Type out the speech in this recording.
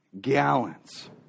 gallons